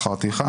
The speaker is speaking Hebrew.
לשכר טרחה,